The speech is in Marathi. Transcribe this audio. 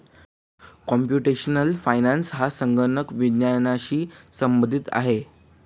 कॉम्प्युटेशनल फायनान्स हा संगणक विज्ञानाशी संबंधित आहे